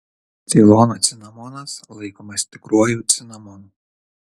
ceilono cinamonas laikomas tikruoju cinamonu